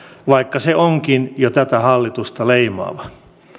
vaikka se onkin jo tätä hallitusta leimaava